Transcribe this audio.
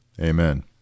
Amen